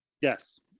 yes